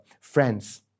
Friends